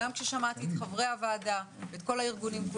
גם כששמעתי את חברי הוועדה ואת כל הארגונים,